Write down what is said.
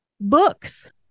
books